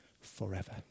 forever